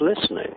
listening